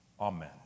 Amen